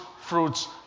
fruits